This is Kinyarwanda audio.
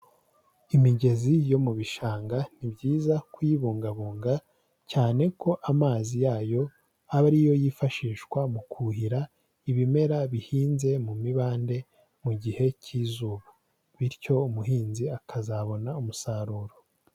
Imigezi yo mu bishanga, ni byiza kuyibungabunga cyane ko amazi yayo aba ari yo yifashishwa mu kuhira ibimera bihinze mu mibande mu gihe cy'izuba, bityo umuhinzi akazabona umusaruro.